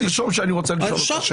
תרשום שאני רוצה לשאול אותה.